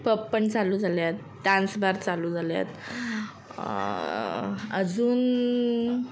pub पण चालू झाल्यात डान्स भार चालू झाल्या आहेत अजून